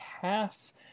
half